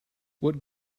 what